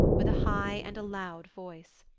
with a high and a loud voice.